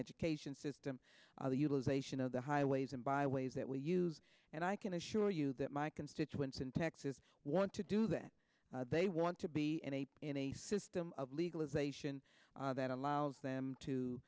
education system the utilization of the highways and byways that we use and i can assure you that my constituents in texas want to do that they want to be in a system of legalization that allows them to